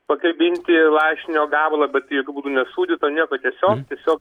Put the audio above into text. pakabinti lašinio gabalą bet jeigu būtų nesūdyta nieko tiesiog tiesiog